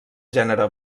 gènere